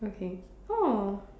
okay oh